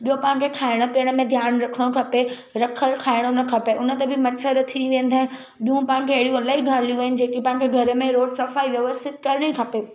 ॿियो तव्हांखे खाइण पीअण में ध्यानु रखिणो खपे रखल खाइणो न खपे हुन ते बि मच्छर थी वेंदा आहिनि बियूं तव्हांखे एड़ियूं इलाही ॻाल्हियूं आहिनि जेके तव्हांखे घर में रोज सफ़ाई व्यवसीत करिणी खपे